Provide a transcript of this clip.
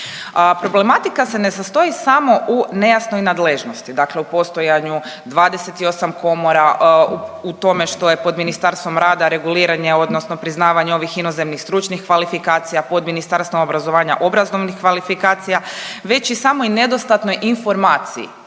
Problematika se ne sastoji samo u nejasnoj nadležnosti, dakle u postojanju 28 komora u tome što je pod Ministarstvom rada reguliranje, odnosno priznavanje ovih inozemnih stručnih kvalifikacija pod Ministarstvom obrazovanja obrazovnih kvalifikacija već i samoj nedostatnoj informaciji